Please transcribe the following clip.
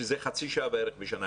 שזה חצי שעה בשנה,